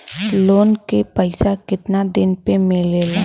Loan के पैसा कितना दिन मे मिलेला?